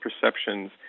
perceptions